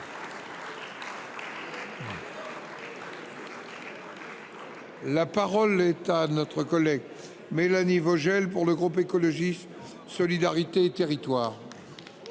La parole est à notre collègue Mélanie Vogel. Pour le groupe écologiste solidarité et territoires.